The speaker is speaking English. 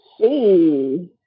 see